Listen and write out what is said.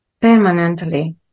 permanently